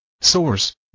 Source